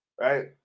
right